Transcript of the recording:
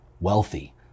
wealthy